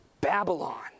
Babylon